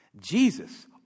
Jesus